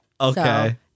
Okay